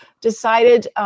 decided